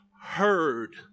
heard